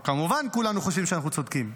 כמובן, כולנו חושבים שאנחנו צודקים,